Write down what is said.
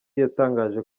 yatangaje